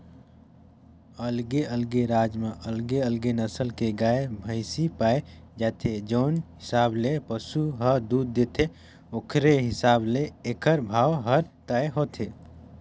अलगे अलगे राज म अलगे अलगे नसल के गाय, भइसी पाए जाथे, जउन हिसाब ले पसु ह दूद देथे ओखरे हिसाब ले एखर भाव हर तय होथे